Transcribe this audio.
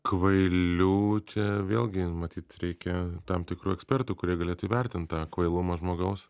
kvailių čia vėlgi matyt reikia tam tikrų ekspertų kurie galėtų įvertint tą kvailumą žmogaus